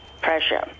pressure